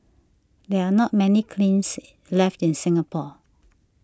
there are not many kilns left in Singapore